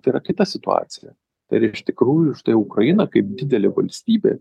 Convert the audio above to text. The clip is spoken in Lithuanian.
tai yra kita situacija ir iš tikrųjų štai ukraina kaip didelė valstybė